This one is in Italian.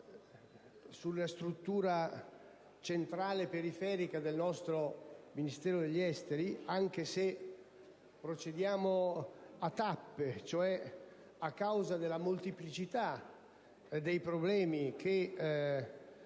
sulla struttura centrale e periferica del nostro Ministero degli affari esteri, anche se dobbiamo procedere a tappe, a causa della molteplicità dei problemi che